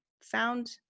found